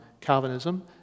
Calvinism